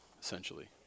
essentially